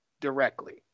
directly